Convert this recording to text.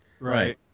Right